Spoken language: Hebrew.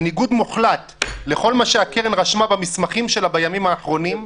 בניגוד מוחלט לכל מה שהקרן רשמה במסמכים שלה בימים האחרונים,